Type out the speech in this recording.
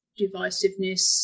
divisiveness